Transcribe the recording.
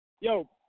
Yo